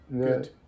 good